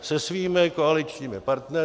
Se svými koaličními partnery.